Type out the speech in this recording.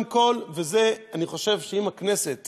אני חושב שאם הכנסת